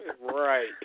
right